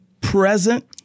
present